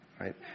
right